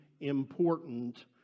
important